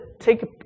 take